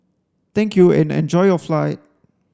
thank you and enjoy your flight